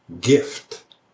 gift